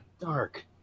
Dark